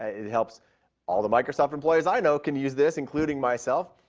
ah it helps all the microsoft employees i know, can use this, including myself.